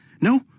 no